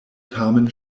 tamen